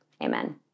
Amen